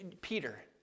Peter